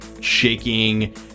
shaking